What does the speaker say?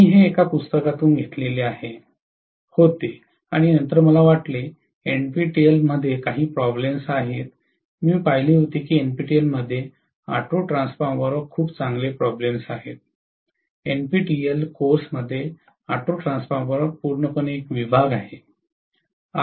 मी हे एका पुस्तकातून घेतले होते आणि नंतर मला वाटले एनपीटीईएल मध्ये काही प्रॉब्लेम्स आहेत मी पाहिले होते एनपीटीईएल मध्ये ऑटो ट्रान्सफॉर्मर वर खूप चांगले प्रॉब्लेम्स आहेत एनपीटीईएल कोर्स मध्ये ऑटो ट्रान्सफॉर्मर वर पूर्णपणे एक विभाग आहे